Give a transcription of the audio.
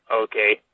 okay